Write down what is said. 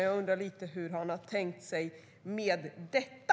Jag undrar hur han har tänkt sig detta.